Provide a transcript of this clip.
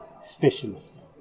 specialist